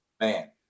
Man